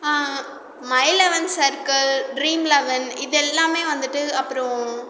my eleven circle dream eleven இது எல்லாமே வந்துவிட்டு அப்புறோம்